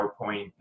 PowerPoint